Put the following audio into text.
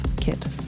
Kit